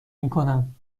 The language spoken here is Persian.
میکنم